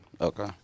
Okay